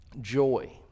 joy